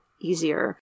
easier